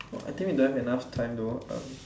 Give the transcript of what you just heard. !wah! I think we don't have enough time though uh